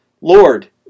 Lord